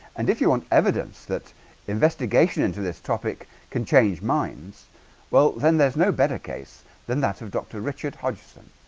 and if you want evidence that investigation into this topic can change minds well then there's no better case than that of dr. richard hodgson